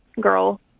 girl